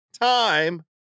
time